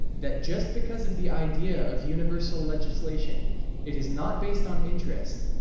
that just because of the idea of universal legislation it is not based on interest,